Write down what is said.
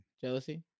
Jealousy